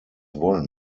wollen